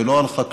ולא על חקלאות,